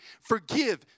forgive